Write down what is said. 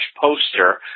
poster